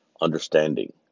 understanding